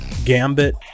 Gambit